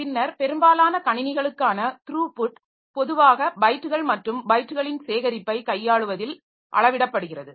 பின்னர் பெரும்பாலான கணினிகளுக்கான த்ரூபுட் பொதுவாக பைட்டுகள் மற்றும் பைட்டுகளின் சேகரிப்பை கையாளுவதில் அளவிடப்படுகிறது